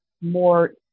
more